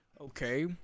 Okay